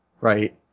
right